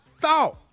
thought